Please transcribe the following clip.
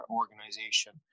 organization